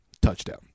Touchdown